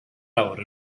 awr